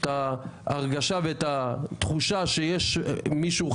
כתושב רמת הגולן שכוסה אתמול בלבן אני